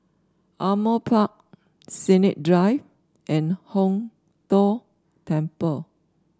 Ardmore Park Sennett Drive and Hong Tho Temple